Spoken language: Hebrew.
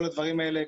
כל הדברים האלה,